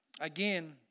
again